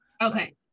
Okay